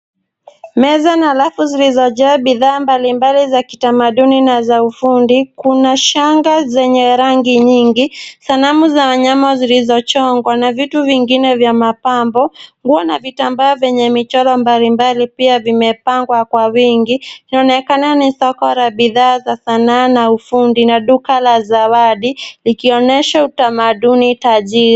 Meza na rafu zilizojaa bidhaa mbalimbali za kitamaduni na za ufundi, kuna shanga zenye rangi nyingi, sanamu za wanyama zilizochongwa na vitu vingine vya mapambo, nguo n vitambaa venye michoro mbalimbali pia vimepangwa kwa wingi, inaonekana ni soko la bidhaa za sanaa na ufundi na duka la zawadi likionyesha utamaduni tajiri.